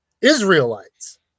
israelites